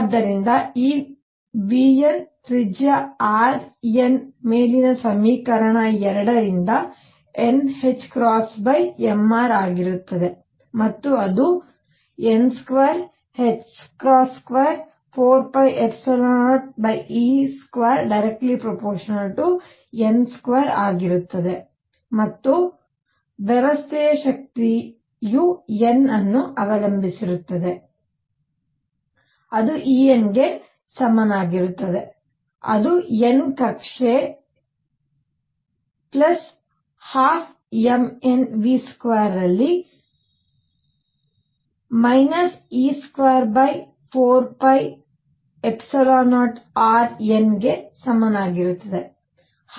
ಆದ್ದರಿಂದ ಈ vn ತ್ರಿಜ್ಯ rnಮೇಲಿನ ಸಮೀಕರಣ 2 ರಿಂದ nℏmr ಆಗಿರುತ್ತದೆ ಮತ್ತು ಅದು n224π0e2n2 ಆಗಿರುತ್ತದೆ ಮತ್ತು ಆದ್ದರಿಂದ ವ್ಯವಸ್ಥೆಯ ಶಕ್ತಿಯು n ಅನ್ನು ಅವಲಂಬಿಸಿರುತ್ತದೆ En ಗೆ ಸಮನಾಗಿರುತ್ತದೆ ಅದು n ಕಕ್ಷೆ 12mvn2 ಯಲ್ಲಿ e24π0rn ಗೆ ಸಮನಾಗಿರುತ್ತದೆ